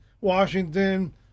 Washington